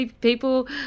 people